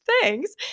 Thanks